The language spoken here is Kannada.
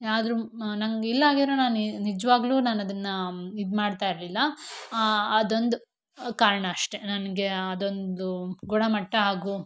ಆದರೂ ನಂಗೆ ಇಲ್ಲಾಗಿದ್ದರೆ ನಾನ್ನು ನಿಜವಾಗ್ಲೂ ನಾನು ಅದನ್ನು ಇದು ಮಾಡ್ತಾ ಇರಲಿಲ್ಲ ಅದೊಂದು ಕಾರಣ ಅಷ್ಟೇ ನನಗೆ ಅದೊಂದು ಗುಣಮಟ್ಟ ಹಾಗೂ